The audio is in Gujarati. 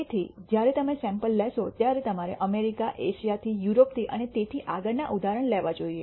તેથી જ્યારે તમે સૈમ્પલ લેશો ત્યારે તમારે અમેરિકા એશિયાથી યુરોપથી અને તેથી આગળના ઉદાહરણ લેવા જોઈએ